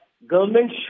Government